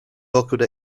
awkward